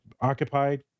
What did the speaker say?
occupied